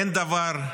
אין דבר,